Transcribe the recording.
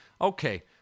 Okay